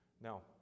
Now